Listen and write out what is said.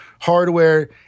hardware